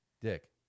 Dick